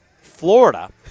Florida